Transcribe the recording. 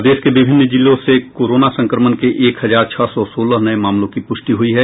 प्रदेश के विभिन्न जिलों से कोरोना संक्रमण के एक हजार छह सौ सोलह नये मामलों की पुष्टि हुई है